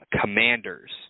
commanders